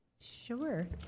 Sure